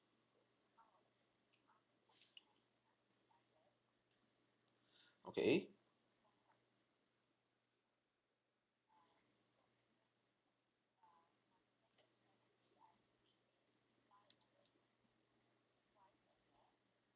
okay